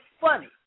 funny